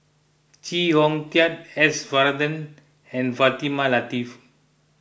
Chee Hong Tat S Varathan and Fatimah Lateef